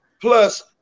Plus